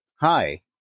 Hi